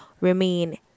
remain